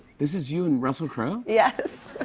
this is you and russell crowe? yes.